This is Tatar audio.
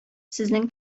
сезнең